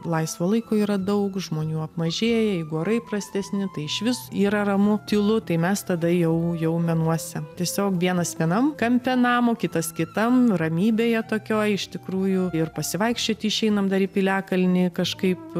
laisvo laiko yra daug žmonių apmažėja jeigu orai prastesni tai išvis yra ramu tylu tai mes tada jau jau menuose tiesiog vienas vienam kampe namo kitas kitam ramybėje tokioj iš tikrųjų ir pasivaikščioti išeiname dar piliakalnį kažkaip